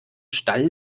stall